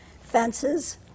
Fences